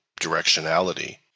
directionality